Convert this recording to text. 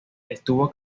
estuvo